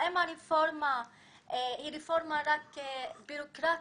האם הרפורמה היא רפורמה רק בירוקרטית,